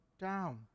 down